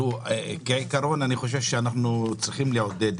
בעיקרון, אני חושב שאנחנו צריכים לעודד